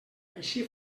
així